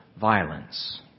violence